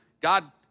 God